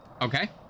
okay